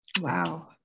Wow